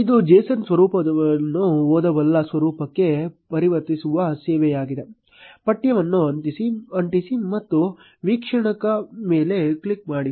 ಇದು json ಸ್ವರೂಪವನ್ನು ಓದಬಲ್ಲ ಸ್ವರೂಪಕ್ಕೆ ಪರಿವರ್ತಿಸುವ ಸೇವೆಯಾಗಿದೆ ಪಠ್ಯವನ್ನು ಅಂಟಿಸಿ ಮತ್ತು ವೀಕ್ಷಕನ ಮೇಲೆ ಕ್ಲಿಕ್ ಮಾಡಿ